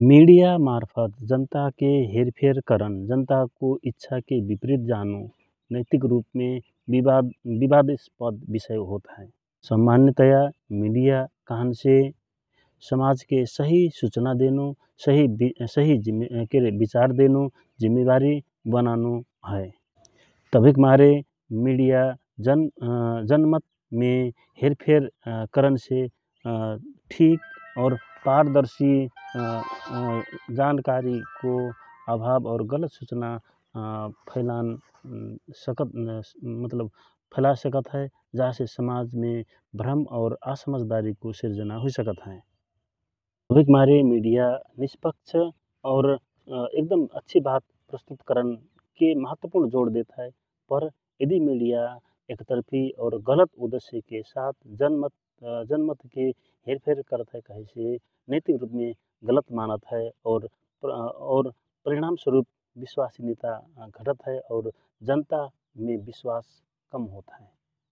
मिडिया मार्फत जन्ता को हेरफेर करन जन्ताको इच्छा विपरित जानो नैतिक रूपमे विवादित विषय होत हए । समन्यतय मिडिया कहन से समाजको सहि सुचना देनो सहि विचार देनो जिम्मेवारि बनानो हए । तवहिक मारे मिडिया जनमतमे हेरफेर करनसे दिक और पारदर्शि जानारीको अभाव गलत सुचना फलैन सकत हए मतलब फैला सकहए । जा से समाज मे भ्रम और असमझदारी सृजना हुइ सक्त हए । तवहिक मारे मिडिया निश्पच्छ और एकदम अच्छि बात प्रस्तुत करन के जोड देत हए और तर यदि मिडिया एकतर्फि और गलत जनमतको जनमतके एकनोर करत हए कहेसे नैतिक रूपमे गलत मान्त हए और परिमाण स्वारूप स्वाधिन्ता खसकत हए और जन्तामे विश्वास कम रहत हए ।